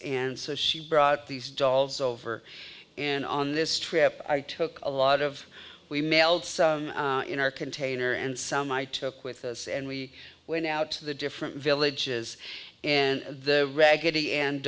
and so she brought these dolls over and on this trip i took a lot of we mailed in our container and some i took with us and we went out to the different villages and the raggedy an